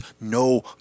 no